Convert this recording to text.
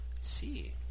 see